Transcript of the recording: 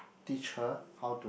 teach her how to